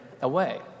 away